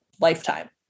lifetime